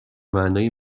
معنای